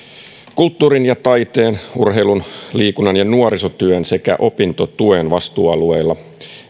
kulttuurin ja taiteen urheilun liikunnan ja nuorisotyön sekä opintotuen vastuualueilla